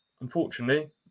unfortunately